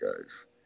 guys